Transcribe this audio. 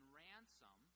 ransom